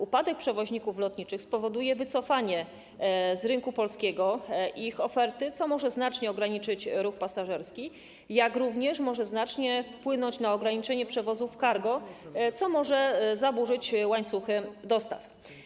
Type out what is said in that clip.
Upadek przewoźników lotniczych spowoduje wycofanie z rynku polskiego ich oferty, co znacznie ograniczy ruch pasażerski, jak również znacznie wpłynie na ograniczenie przewozów cargo, co może zaburzyć łańcuchy dostaw.